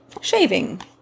shaving